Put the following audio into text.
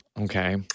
Okay